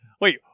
wait